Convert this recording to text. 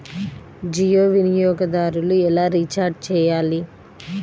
జియో వినియోగదారులు ఎలా రీఛార్జ్ చేయాలి?